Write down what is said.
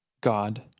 God